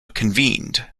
convened